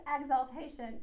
exaltation